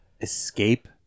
escape